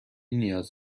نیاز